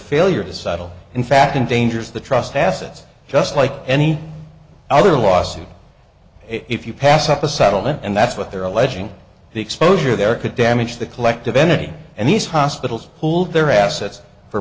failure to settle in fact endangers the trust assets just like any other lawsuit if you pass up a saddle and that's what they're alleging the exposure there could damage the collective entity and these hospitals pulled their assets for